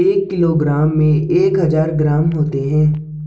एक किलोग्राम में एक हजार ग्राम होते हैं